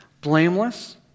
blameless